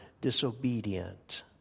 disobedient